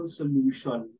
solution